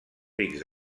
pics